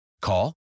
Call